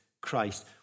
Christ